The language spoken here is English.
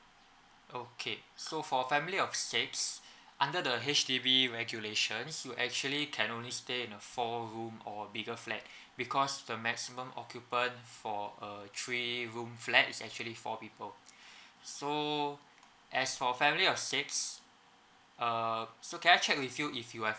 okay so for family of six under the H_D_B regulations you actually can only stay in a four room or bigger flat because the maximum occupant for a three room flat is actually four people so as for family of six uh so can I check with you if you have